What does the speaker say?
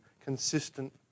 consistent